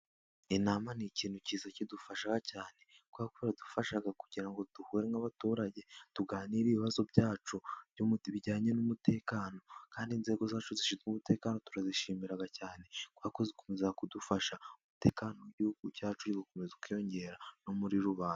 Inama ni ikintu cyiza kidufasha cyane, kubera ko biradufasha kugira ngo duhure n'abaturage tuganire, ibibazo byacu by'umuti, bijyanye n'umutekano. Kandi inzego zacu zishinzwe umutekano turazishimira cyane kubera ko zikomeza kudufasha umutekano w'Igihugu cyacu ugakomeza ukiyongera no muri rubanda.